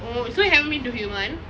oh so you haven't been to